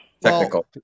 Technical